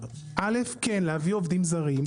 א' כן, להביא עובדים זרים.